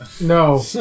No